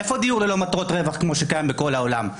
איפה דיור ללא מטרות רווח כמו שקיים בכל העולם?